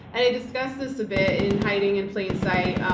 and i discuss this a bit in hiding in plain sight,